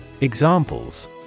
Examples